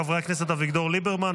חברי הכנסת אביגדור ליברמן,